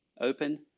open